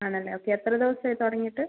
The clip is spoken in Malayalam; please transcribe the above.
ആണല്ലേ ഓക്കെ എത്ര ദിവസം ആയി തുടങ്ങിയിട്ട്